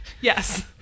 yes